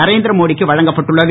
நரேந்திர மோடிக்கு வழங்கப்பட்டுள்ளது